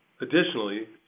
Additionally